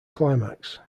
climax